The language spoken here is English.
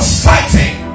fighting